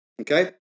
Okay